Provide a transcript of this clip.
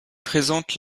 présente